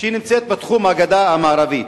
והיא נמצאת בתחום הגדה המערבית.